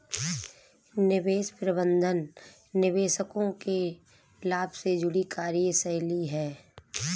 निवेश प्रबंधन निवेशकों के लाभ से जुड़ी कार्यशैली है